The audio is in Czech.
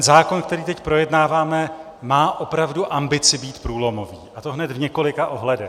Zákon, který teď projednáváme, má opravdu ambici být průlomový, a to hned v několika ohledech.